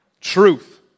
Truth